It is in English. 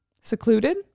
secluded